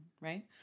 right